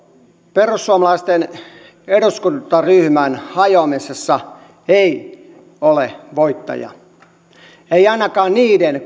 perussuomalaisten eduskuntaryhmän hajoamisessa ei ole voittajia ei ainakaan niiden